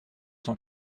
cent